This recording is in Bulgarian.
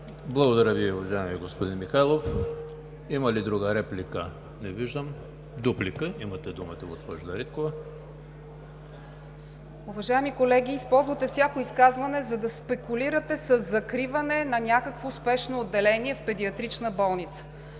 Благодаря Ви, уважаеми господин Михайлов. Има ли друга реплика? Не виждам. Дуплика – имате думата, госпожо Дариткова. ДАНИЕЛА ДАРИТКОВА-ПРОДАНОВА (ГЕРБ): Уважаеми колеги, използвате всяко изказване, за да спекулирате със закриване на някакво спешно отделение в педиатрична болница.